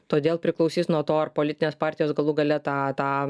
todėl priklausys nuo to ar politinės partijos galų gale tą tą